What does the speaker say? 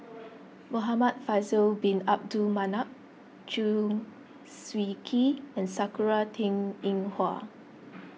Muhamad Faisal Bin Abdul Manap Chew Swee Kee and Sakura Teng Ying Hua